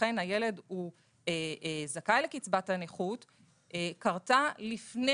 שאכן הילד זכאי לקצבת הנכות קרתה לפני